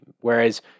Whereas